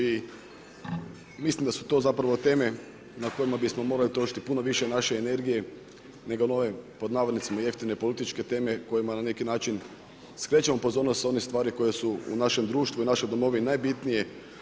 I mislim da su to zapravo teme na kojima bismo morali trošiti puno više naše energije nego na ovim, pod navodnicima jeftine političke teme kojima na neki način skrećemo pozornost sa onih stvari koje su u našem društvu i našoj domovini najbitnije.